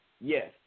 Yes